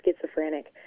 schizophrenic